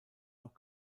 noch